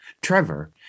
Trevor